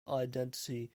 identity